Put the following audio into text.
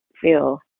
feel